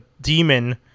demon